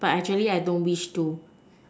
but actually I don't wish to